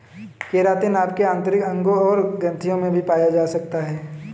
keratin आपके आंतरिक अंगों और ग्रंथियों में भी पाया जा सकता है